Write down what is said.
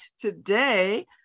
today